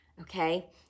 okay